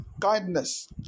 Kindness